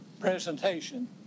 presentation